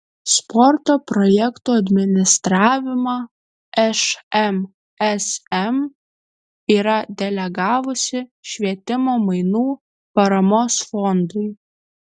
sporto projektų administravimą šmsm yra delegavusi švietimo mainų paramos fondui